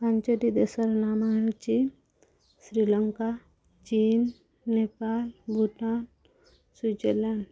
ପାଞ୍ଚୋଟି ଦେଶର ନାମ ହେଉଛି ଶ୍ରୀଲଙ୍କା ଚୀନ ନେପାଳ ଭୁଟାନ ସୁଇଜରଲ୍ୟାଣ୍ଡ